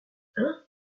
hein